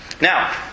Now